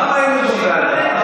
ומה ראינו בוועדה?